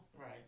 Right